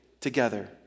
together